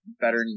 better